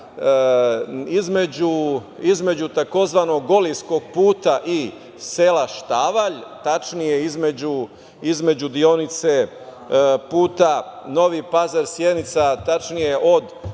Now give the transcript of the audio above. između tzv. golijskog puta i sela Štavalj, tačnije između deonice puta Novi Pazar – Sjenica, tačnije od Duge